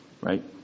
Right